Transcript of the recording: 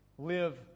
Live